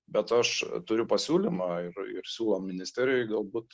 bet aš turiu pasiūlymą ir ir siūlom ministerijoj galbūt